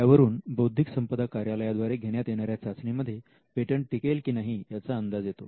त्यावरून बौद्धिक संपदा कार्यालयाद्वारे घेण्यात येणाऱ्या चाचणी मध्ये पेटंट टिकेल की नाही याचा अंदाज येतो